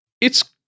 It's-